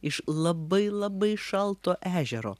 iš labai labai šalto ežero